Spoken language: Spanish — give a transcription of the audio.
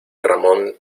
ramón